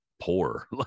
poor